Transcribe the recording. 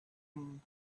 entering